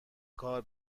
کار